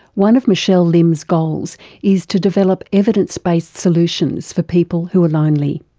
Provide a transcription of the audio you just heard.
one of michelle lim's goals is to develop evidence based solutions for people who are lonely.